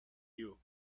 you